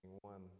one